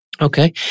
Okay